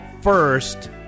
first